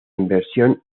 inversión